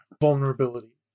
vulnerability